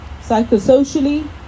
Psychosocially